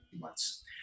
months